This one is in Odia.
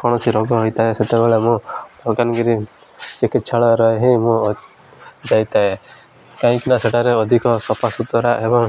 କୌଣସି ରୋଗ ହୋଇଥାଏ ସେତେବେଳେ ମୁଁ ମାଲକାନଗିରି ଚିକିତ୍ସାଳୟରେ ହିଁ ମୁଁ ଯାଇଥାଏ କାହିଁକିନା ସେଠାରେ ଅଧିକ ସଫା ସୁତୁରା ଏବଂ